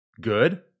good